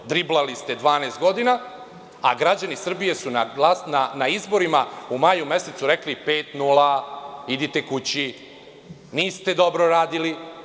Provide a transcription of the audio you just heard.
Vi ste driblali 12 godina a građani Srbije su na izborima u maju mesecu rekli – 5:0, idite kući, niste dobro radili.